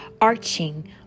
arching